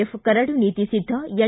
F ಕರಡು ನೀತಿ ಸಿದ್ದ ಎನ್